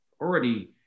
already